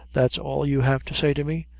that's all you have to say to me?